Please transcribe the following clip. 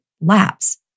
laps